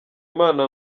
imana